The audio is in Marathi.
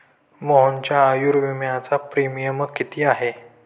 मोहनच्या आयुर्विम्याचा प्रीमियम किती आहे?